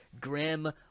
Grim